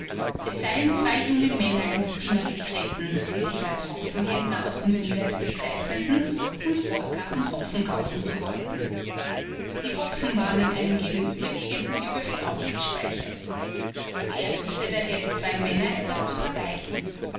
es seien zwei junge männer ins zimmer getreten die sich als hopfenhändler aus nürnberg bezeichneten und vorgaben hopfen kaufen zu wollen die hopfen waren in einem gegenüberliegenden gehöft aufgespeichert sie ersuchte daher die zwei männer etwas zu verweilen